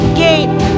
gate